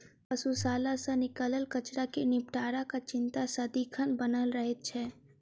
पशुशाला सॅ निकलल कचड़ा के निपटाराक चिंता सदिखन बनल रहैत छै